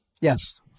Yes